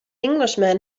englishman